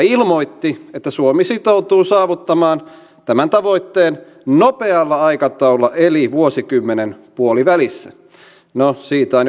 ja ilmoitti että suomi sitoutuu saavuttamaan tämän tavoitteen nopealla aikataululla eli vuosikymmenen puolivälissä no siitä on jo